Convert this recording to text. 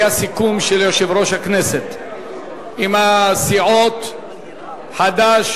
היה סיכום של יושב-ראש הכנסת עם הסיעות חד"ש,